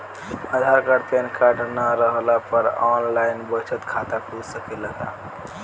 आधार card PAN card न रहला पर आन लाइन बचत खाता खुल सकेला का?